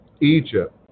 Egypt